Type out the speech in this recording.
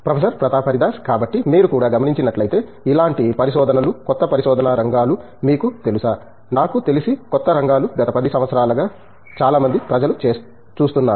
professor Pratap Haridas కాబట్టి మీరు కూడా గమనించినట్లయితే ఇలాంటి పరిశోధనలు కొత్త పరిశోధన రంగాలు మీకు తెలుసా నాకు తెలిసి కొత్త రంగాలు గత 10 సంవత్సరాల గా చాలా మంది ప్రజలు చూస్తున్నారు